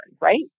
right